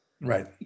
Right